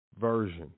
version